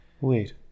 Wait